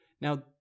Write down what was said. Now